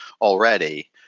already